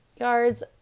yards